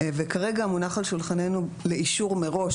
וכרגע מונח על שולחננו לאישור מראש,